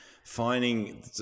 Finding